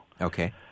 Okay